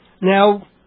Now